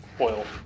Oil